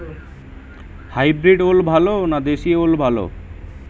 Hybrid ওল ভালো না দেশী ওল ভাল?